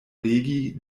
legi